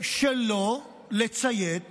שלא לציית